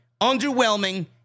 Underwhelming